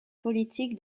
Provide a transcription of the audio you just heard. politique